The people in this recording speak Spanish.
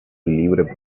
libre